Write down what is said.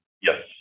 Yes